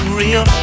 real